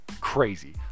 crazy